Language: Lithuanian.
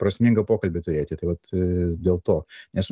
prasmingą pokalbį turėti tai vat dėl to nes